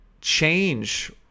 change